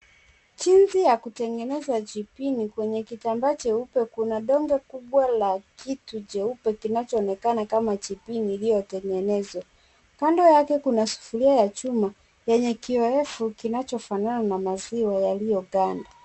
Jinsi ya kutengeneza jibini kwenye kitambaa cheupe kuna donge kubwa la kitu cheupe kinachonekana kama jibini iliyotengenezwa. Kando yake kuna sufuria ya chuma yenye kioevu kinachofanana na maziwa yaliyoganda.